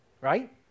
Right